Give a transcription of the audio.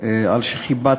ותועבר לוועדת